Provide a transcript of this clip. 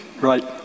Right